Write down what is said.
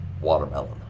Watermelon